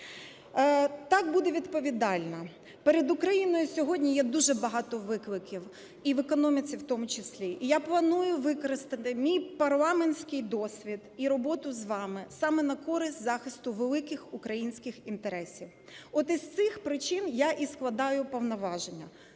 Так буде відповідально. Перед Україною сьогодні є дуже багато викликів і в економіці в тому числі. І я планую використати мій парламентський досвід і роботу з вами саме на користь захисту великих українських інтересів. От із цих причин я і складаю повноваження,